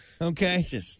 Okay